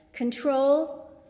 control